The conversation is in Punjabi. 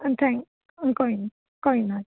ਥੈਂਕ ਕੋਈ ਨਾ ਕੋਈ ਨਾ